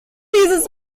dieses